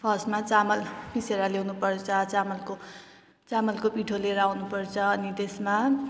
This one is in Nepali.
फर्स्टमा चामल पिसेर ल्याउनुपर्छ चामलको चामलको पिठो लिएर आउनुपर्छ अनि त्यसमा